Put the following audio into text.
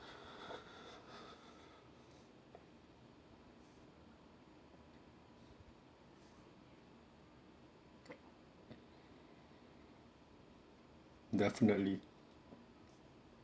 definitely